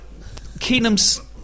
Keenum's